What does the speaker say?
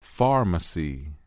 Pharmacy